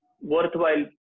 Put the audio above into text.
worthwhile